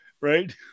right